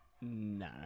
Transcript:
No